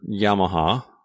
Yamaha